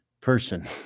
person